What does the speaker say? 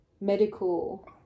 medical